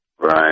Right